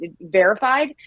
verified